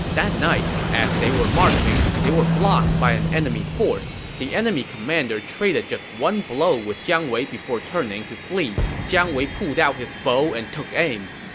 that night, as they were marching, they were blocked by an enemy force. the enemy commander traded just one blow with jiang wei before turning to flee. jiang wei pulled out his bow and took aim.